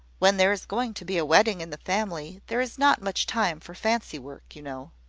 when there is going to be a wedding in the family, there is not much time for fancy-work, you know.